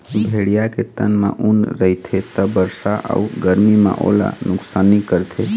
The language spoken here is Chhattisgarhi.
भेड़िया के तन म ऊन रहिथे त बरसा अउ गरमी म ओला नुकसानी करथे